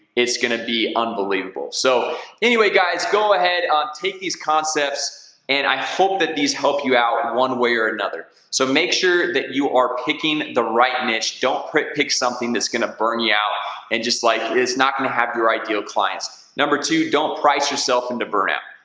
it's gonna be unbelievable so anyway guys go ahead on take these concepts and i hope that these help you out one way or another so make sure that you are picking the right niche don't print pick something that's gonna burn you yeah out and just like it is not gonna have your ideal clients number two don't price yourself into burnout.